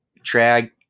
drag